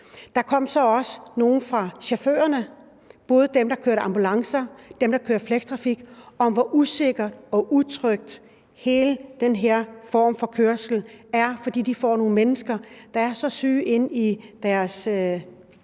fra nogle af chaufførerne, både dem, der kører ambulance, og dem, der kører Flextrafik, om, hvor usikker og utryg hele den her form for kørsel er, for de får nogle mennesker, der er så syge, ind i deres taxier,